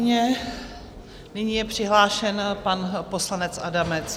Nyní je přihlášen pan poslanec Adamec.